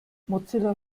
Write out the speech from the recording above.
mozilla